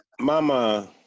mama